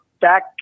back